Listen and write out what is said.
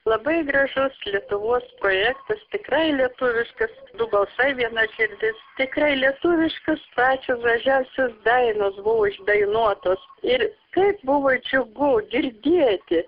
labai gražus lietuvos projektas tikrai lietuviškas du balsai viena širdis tikrai lietuviškas pačios gražiausios dainos buvo išdainuotos ir kaip buvo džiugu girdėti